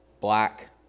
black